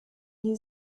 new